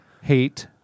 hate